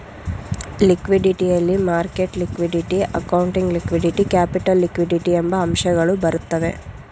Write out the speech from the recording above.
liquidity ಯಲ್ಲಿ market liquidity, accounting liquidity, capital liquidity ಎಂಬ ಅಂಶಗಳು ಬರುತ್ತವೆ